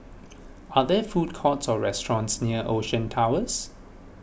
are there food courts or restaurants near Ocean Towers